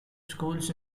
schools